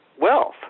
wealth